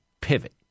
pivot